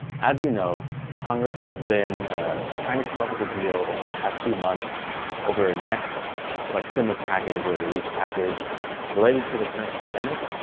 as you know congress has been trying to come up with a deal over the past few months over a next like, stimulus package or relief package related to the current pandemic.